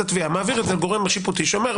התביעה מעביר את זה לגורם השיפוטי שאומר,